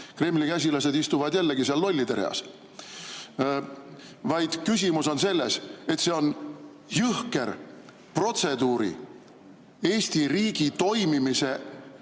Kremli käsilased istuvad jällegi seal lollide reas –, vaid küsimus on selles, et see on jõhker protseduuri, Eesti riigi toimimise